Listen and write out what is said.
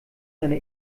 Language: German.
seine